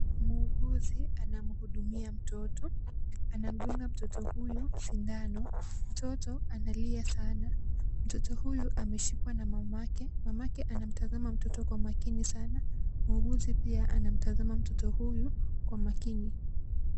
Muuguzi anamuhudumia mtoto. Anamdunga mtoto huyu sindano. Mtoto analia sana. Mtoto huyu ameshikwa na mamake. Mamake anamtazama mtoto kwa makini sana. Muuguzi pia anamtazama mtoto huyu kwa makini.